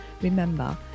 Remember